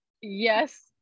Yes